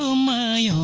so my